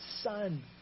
Son